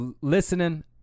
listening